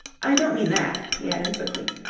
i don't mean that, he added quickly.